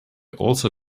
also